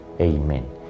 amen